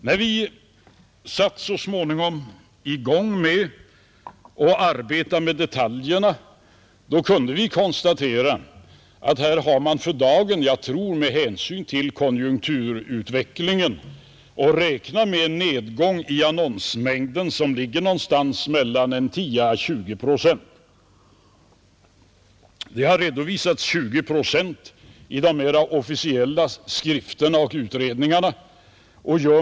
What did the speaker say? När vi så småningom började arbeta med detaljerna kunde vi konstatera att här har man för dagen, jag tror med hänsyn till konjunkturutvecklingen, att räkna med en nedgång i annonsmängden som ligger någonstans mellan 10 och 20 procent. Det har redovisats 20 procent i de mer officiella skrifterna och utredningarna.